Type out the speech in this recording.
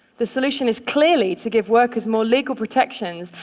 the solution is clearly to give workers more legal protections,